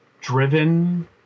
driven